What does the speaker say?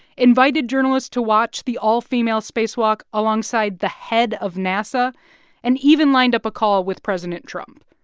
invited journalists to watch the all-female spacewalk alongside the head of nasa and even lined up a call with president trump.